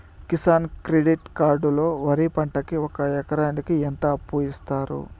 Kisan credit card లో వరి పంటకి ఒక ఎకరాకి ఎంత అప్పు ఇస్తారు?